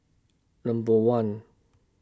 Number one